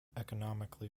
economically